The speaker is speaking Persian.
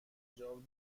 حجاب